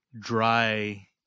dry